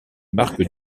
marque